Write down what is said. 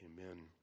amen